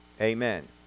Amen